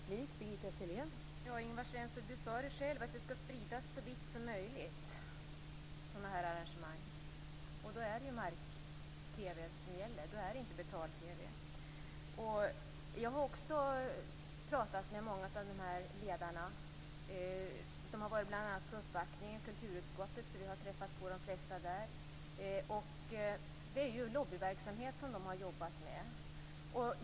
Fru talman! Ingvar Svensson sade själv att sådana här arrangemang skall spridas så vitt som möjligt. Då är det markbunden TV som gäller, och inte betal-TV. Jag har också pratat med många av dessa ledare. De har bl.a. varit på uppvaktning i kulturutskottet, så vi har träffat på de flesta där. Det är lobbyverksamhet som de har jobbat med.